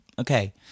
Okay